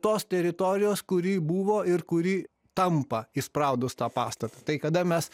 tos teritorijos kuri buvo ir kuri tampa įspraudus tą pastatą tai kada mes